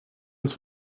uns